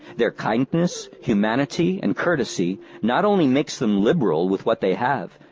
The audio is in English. their kindness, humanity and courtesy not only makes them liberal with what they have,